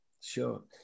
Sure